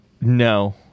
No